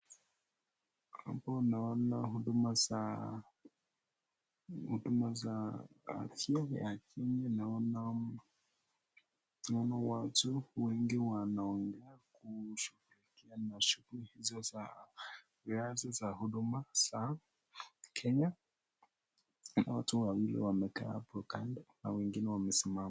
Wanawana huduma za huduma za afya ya Kenya na wanawana wanawatu wengi wanawanga kusukikia na shukuri hizo za afya za huduma za Kenya. Na watu wawili wamekaa hapo kando na wengine wamesimama.